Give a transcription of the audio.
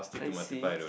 I see